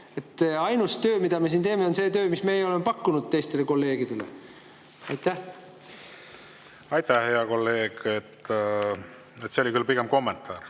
Ainus töö, mida me siin teeme, on see töö, mis meie oleme pakkunud teistele kolleegidele. Aitäh, hea kolleeg! See oli küll pigem kommentaar,